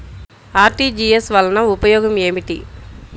RTGS వలన ఉపయోగం ఏమిటీ?